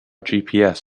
gps